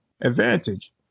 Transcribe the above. advantage